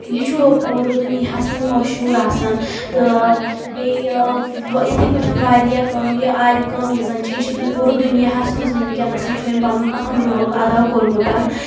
یہِ چھُ پوٗرٕ دُنیاہس منٛز مشہوٗر آسان تہٕ بیٚیہِ یتھے کاٹھۍ واریاہ کٲم یہِ آرِ کٲم یہِ زن چھِ یہِ چھِ پوٗرٕ دُنیاہس منٛز ونکیٚنس چھُ أمۍ پنُن اہم رول ادا کوٚرمُت